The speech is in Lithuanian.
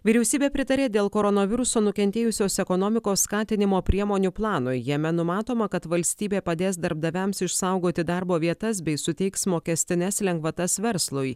vyriausybė pritarė dėl koronaviruso nukentėjusios ekonomikos skatinimo priemonių planui jame numatoma kad valstybė padės darbdaviams išsaugoti darbo vietas bei suteiks mokestines lengvatas verslui